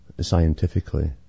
scientifically